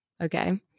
okay